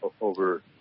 over